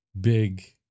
big